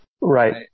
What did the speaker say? right